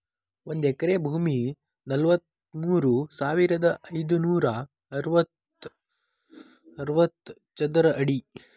ಒಂದ ಎಕರೆ ಭೂಮಿ ನಲವತ್ಮೂರು ಸಾವಿರದ ಐದನೂರ ಅರವತ್ತ ಚದರ ಅಡಿ